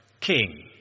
king